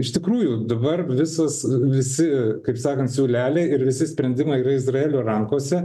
iš tikrųjų dabar visas visi kaip sakant siūleliai ir visi sprendimai yra izraelio rankose